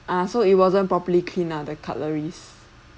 ah so it wasn't properly clean ah the cutleries